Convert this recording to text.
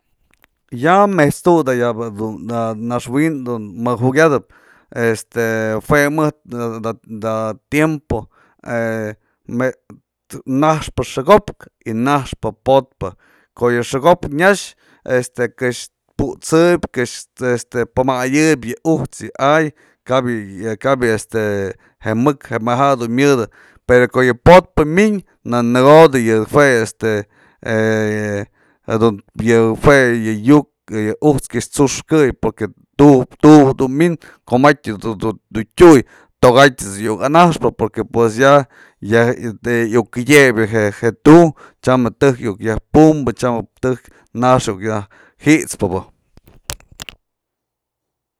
ya mejt's tu'u dayaba dun naxwin dun më jukiatëp, este jue mëjk da- da tiempo naxpë xëko'op y naxpë po'otpë, ko'o yë xëko'op nyax este këx put'sëp këx este pamayëb yë ujt's yë ay, kabë-kabë yë este je mëk yë maja yë myëdë, pero ko'o po'otpë myën, në nëko'odë yë jue este jadun yë jue ya yu'uk yë ujt's kyax t'suxkëy porque tu'u je dun min, ko'matyë dun tyuj, toka'atyë iuk anaxpëporque pues ya iuk kydyëbë je tu'u, tyam je tëjk iuk yam pumbë, nax iuk yak jit'spabë.